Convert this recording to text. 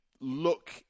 look